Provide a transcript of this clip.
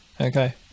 Okay